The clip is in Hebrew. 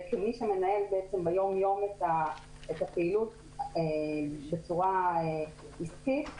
כמי שמנהל ביום יום את הפעילות בצורה עסקית,